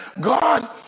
God